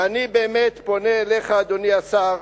ואני באמת פונה אליך, אדוני השר,